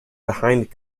behind